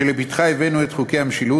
שלפתחה הבאנו את חוקי המשילות,